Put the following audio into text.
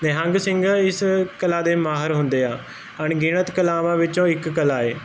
ਨਿਹੰਗ ਸਿੰਘ ਇਸ ਕਲਾ ਦੇ ਮਾਹਰ ਹੁੰਦੇ ਆ ਅਣਗਿਣਤ ਕਲਾਵਾਂ ਵਿੱਚੋਂ ਇੱਕ ਕਲਾ ਏ